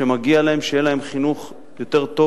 כילדים שמגיע להם שיהיה להם חינוך יותר טוב